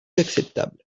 acceptables